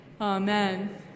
Amen